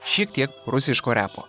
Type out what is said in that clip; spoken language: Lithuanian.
šiek tiek rusiško repo